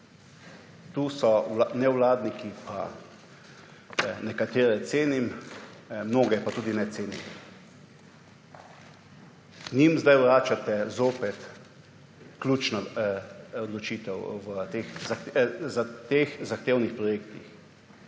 Tu so nevladniki in nekatere cenim, mnoge pa tudi ne cenim. Njim zdaj vračate zopet ključno odločitev v teh zahtevnih projektih,